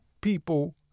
people